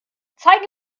zeige